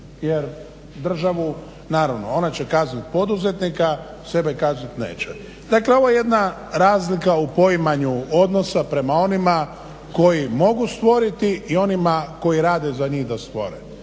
jer državu naravno ona će kazniti poduzetnika, sebe kazniti neće. Dakle ovo je jedna razlika u poimanju odnosa prema onima koji mogu stvoriti i onima koji rade za njih da stvore.